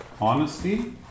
honesty